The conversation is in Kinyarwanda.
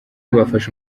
bafashe